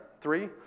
Three